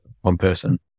one-person